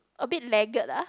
a bit lagged ah